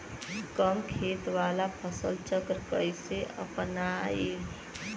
कम खेत वाला फसल चक्र कइसे अपनाइल?